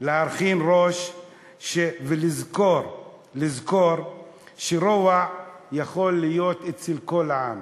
להרכין ראש ולזכור שרוע יכול להיות אצל כל עם,